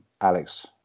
alex